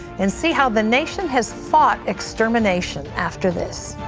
and see how the nation has fought extermination, after this.